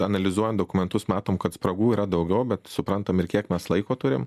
analizuojan dokumentus matom kad spragų yra daugiau bet suprantam ir kiek mes laiko turim